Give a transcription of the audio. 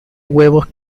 huevos